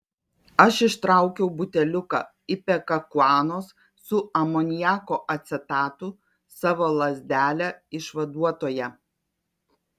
aš ištraukiau buteliuką ipekakuanos su amoniako acetatu savo lazdelę išvaduotoją